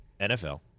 NFL